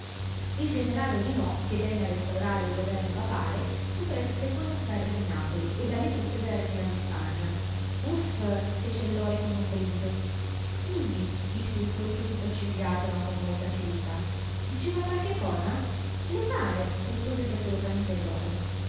il generale oudinot che venne a restaurare il governo papale fu presto secondato dal re di napoli e dalle truppe della regina di spagna uff fece il lori con un brivido scusi disse il sorcio tutto accigliato ma con molta civiltà diceva qualche cosa le pare rispose frettolosamente il lori